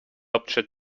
hauptstadt